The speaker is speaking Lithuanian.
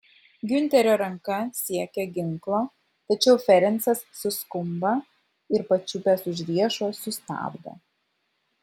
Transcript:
giunterio ranka siekia ginklo tačiau ferencas suskumba ir pačiupęs už riešo sustabdo